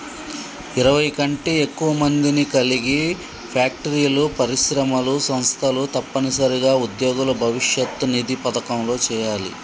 ఇరవై కంటే ఎక్కువ మందిని కలిగి ఫ్యాక్టరీలు పరిశ్రమలు సంస్థలు తప్పనిసరిగా ఉద్యోగుల భవిష్యత్ నిధి పథకంలో చేయాలి